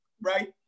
right